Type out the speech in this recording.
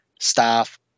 staff